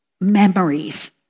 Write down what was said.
memories